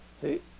See